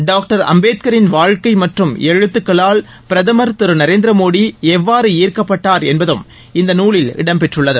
doctor அம்பேத்கின் வாழ்க்கை மற்றும் எழுத்துக்களால் பிரதம் திரு நரேந்திரமோடி எவ்வாறு ஈர்க்க்ப்பட்டார் என்பதும் இந்த நூலில் இடம் பெற்றுள்ளது